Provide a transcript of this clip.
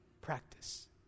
practice